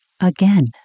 again